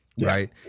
Right